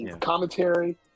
commentary